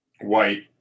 white